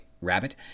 Rabbit